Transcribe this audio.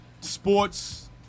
sports